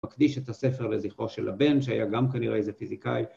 ‫מקדיש את הספר לזכרו של הבן, ‫שהיה גם כנראה איזה פיזיקאי.